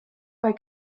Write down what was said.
bei